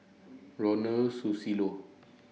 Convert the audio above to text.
Ronald Susilo